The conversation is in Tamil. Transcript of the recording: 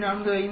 45 6